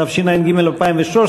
התשע"ג 2013,